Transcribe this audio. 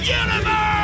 universe